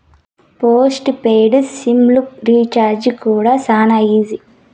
post paid sim లు recharge కూడా శానా ఈజీ